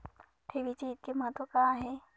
ठेवीचे इतके महत्व का आहे?